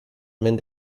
wenn